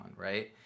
right